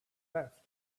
left